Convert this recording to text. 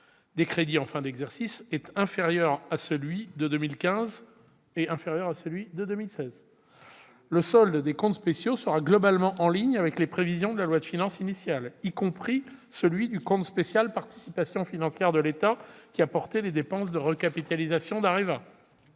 des crédits en fin d'exercice, est inférieur à celui de 2015 et de 2016. Le solde des comptes spéciaux sera globalement en ligne avec les prévisions de la loi de finances initiale, y compris celui du compte spécial « Participations financières de l'État », qui a porté les dépenses de recapitalisation d'Areva.